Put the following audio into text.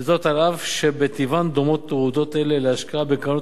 אף שבטיבן דומות תעודות אלה להשקעה בקרנות